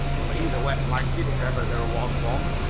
well, he's a wet blanket, if ever there was one!